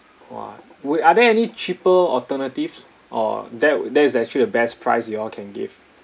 !wah! will are there any cheaper alternatives or that that is actually the best price you all can give